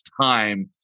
time